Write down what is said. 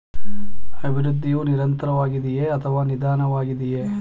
ಅಭಿವೃದ್ಧಿಯು ನಿರಂತರವಾಗಿದೆಯೇ ಅಥವಾ ನಿಧಾನವಾಗಿದೆಯೇ?